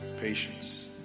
patience